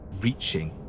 reaching